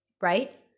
Right